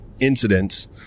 incidents